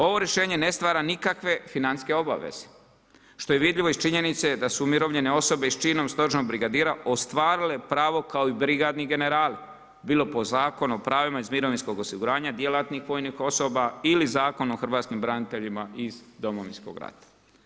Ovo rješenje ne stvara nikakve financijske obaveze što je vidljivo iz činjenice da su umirovljene osobe s čine stožernog brigadira ostvarile pravo kao i brigadni generali bilo po Zakonu o pravima iz mirovinskog osiguranja djelatnih vojnih osoba ili Zakona o hrvatskim braniteljima iz Domovinskog rata.